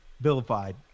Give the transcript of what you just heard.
vilified